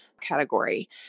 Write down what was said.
category